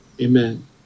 Amen